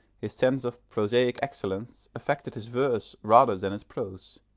his sense of prosaic excellence affected his verse rather than his prose,